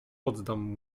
oddam